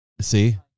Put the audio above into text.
See